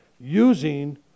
using